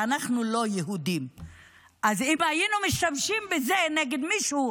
היא מדברת על כך